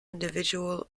individual